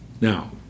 Now